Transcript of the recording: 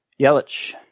Yelich